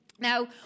Now